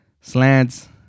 slants